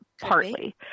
partly